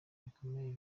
bikomeye